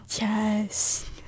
Yes